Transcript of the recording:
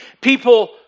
People